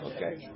Okay